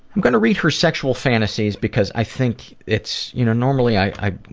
i'm going to read her sexual fantasies because i think it's. you know, normally i